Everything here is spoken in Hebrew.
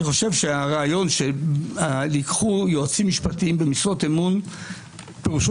הרעיון שייקחו יועצים משפטיים במשרות אמון פירושו